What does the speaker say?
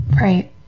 Right